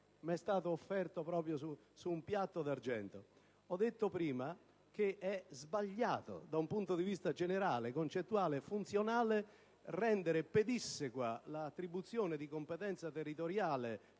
mi è stata ora offerta su un piatto d'argento. Ho detto prima che è sbagliato, da un punto di vista generale, concettuale e funzionale, rendere l'attribuzione di competenza territoriale